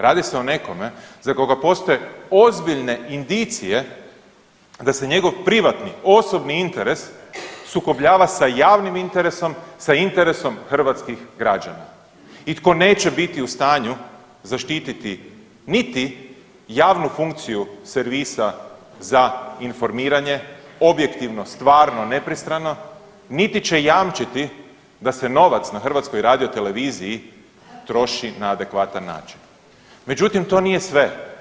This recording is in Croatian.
Radi se o nekome za koga postoje ozbiljne indicije da se njegov privatni osobni interes sukobljava sa javnim interesom, sa interesom hrvatskih građana i tko neće biti u stanju zaštititi niti javnu funkciju servisa za informiranje objektivno, stvarno, nepristrano, niti će jamčiti da se novac na HRT-u troši na adekvatan način, međutim to nije sve.